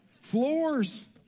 floors